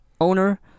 owner